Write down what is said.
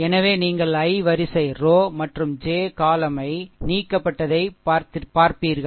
எனவே நீங்கள் i வரிசை மற்றும் j column யைth நீக்கப்பட்டதைப் பார்ப்பீர்கள்